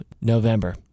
November